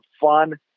fun